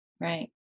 right